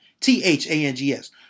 T-H-A-N-G-S